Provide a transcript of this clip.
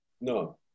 No